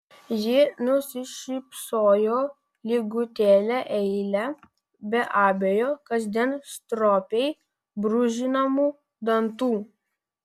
ji nusišypsojo lygutėle eile be abejo kasdien stropiai brūžinamų dantų